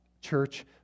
church